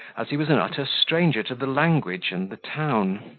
as he was an utter stranger to the language and the town.